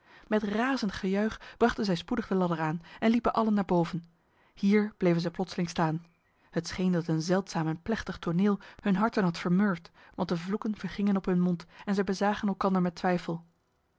met razend gejuich brachten zij spoedig de ladder aan en liepen allen naar boven hier bleven zij plotseling staan het scheen dat een zeldzaam en plechtig toneel hun harten had vermurwd want de vloeken vergingen op hun mond en zij bezagen elkander met twijfel